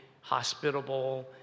hospitable